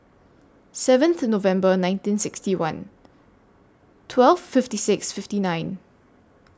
seventh November nineteen sixty one twelve fifty six fifty nine